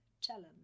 challenge